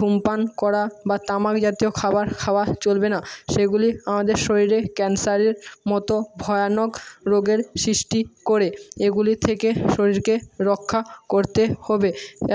ধূমপান করা বা তামাক জাতীয় খাবার খাওয়া চলবে না সেগুলি আমাদের শরীরে ক্যান্সারের মতো ভয়ানক রোগের সৃষ্টি করে এগুলি থেকে শরীরকে রক্ষা করতে হবে